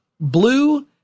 blue